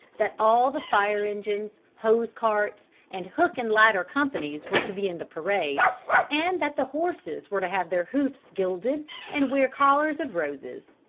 that all the fire-engines, hose-carts and hook-and-ladder companies were to be in the parade and that the horses were to have their hoofs gilded and wear collars of roses,